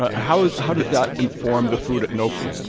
ah how how does that inform the food at nopi?